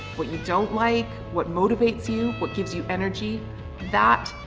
what you don't like, what motivates you, what gives you energy that,